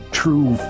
true